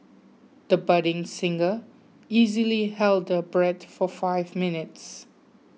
the budding singer easily held her breath for five minutes